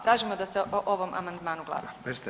Tražimo da se o ovom amandmanu glasa.